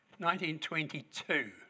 1922